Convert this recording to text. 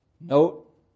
Note